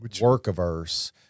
work-averse